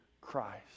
Christ